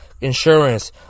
insurance